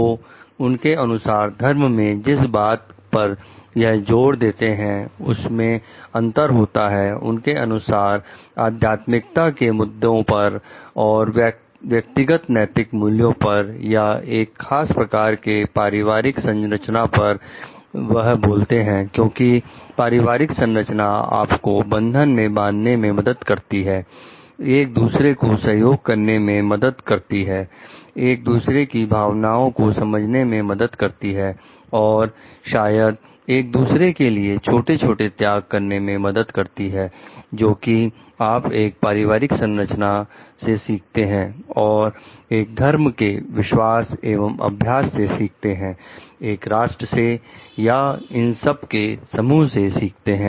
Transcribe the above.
तो उनके अनुसार धर्म में जिस बात पर वह जोर देते हैं उसमें अंतर होता है उनके अनुसार अध्यात्मिकता के मुद्दों पर और व्यक्तिगत नैतिक मूल्यों पर या एक खास प्रकार के पारिवारिक संरचना पर वह बोलते हैं क्योंकि पारिवारिक संरचना आपको बंधन को बनाने में मदद करता है एक दूसरे को सहयोग करने में मदद करता है एक दूसरे की भावनाओं को समझने में मदद करता है और शायद एक दूसरे के लिए छोटे छोटे त्याग करने में मदद करता है जो कि आप एक पारिवारिक संरचना से सीखते हैं और एक धर्म के विश्वास एवं अभ्यास से सीखते हैं एक राष्ट्र से या इन सब के समूह से सीखता है